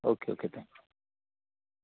okay okay thank you